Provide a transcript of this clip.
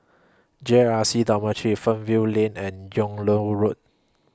J R C Dormitory Fernvale Lane and Yung Loh Road